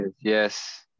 yes